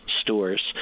stores